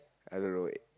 I don't know